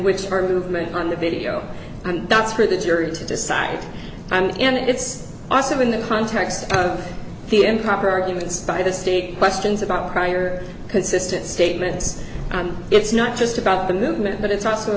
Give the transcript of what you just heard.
which are movement on the video and that's for the jury to decide and it's also in the context of the empire arguments by the state questions about prior consistent statements and it's not just about the movement but it's also